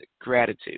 gratitude